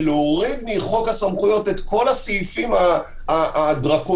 זה מוריד מחוק הסמכויות את כל הסעיפים הדרקוניים,